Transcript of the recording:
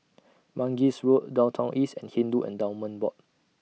Mangis Road Downtown East and Hindu Endowments Board